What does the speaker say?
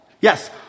Yes